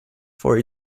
for